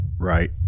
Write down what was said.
right